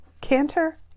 canter